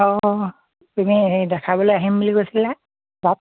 অঁ তুমি হেৰি দেখাবলৈ আহিম বুলি কৈছিলা দাঁত